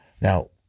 Now